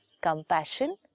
compassion